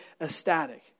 ecstatic